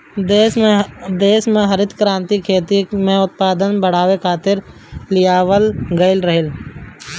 देस में हरित क्रांति खेती में उत्पादन के बढ़ावे खातिर लियावल गईल रहे